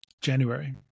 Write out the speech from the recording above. January